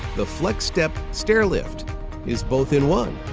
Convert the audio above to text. the flexstep stairlift is both in one.